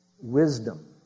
wisdom